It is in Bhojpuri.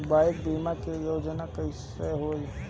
बाईक बीमा योजना कैसे होई?